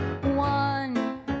One